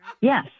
yes